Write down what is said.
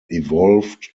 evolved